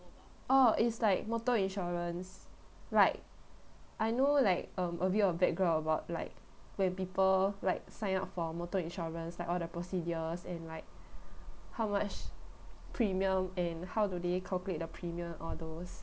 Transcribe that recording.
oh it's like motor insurance like I know like um a bit of background about like where people like sign up for motor insurance like all the procedures and like how much premium and how do they calculate the premium all those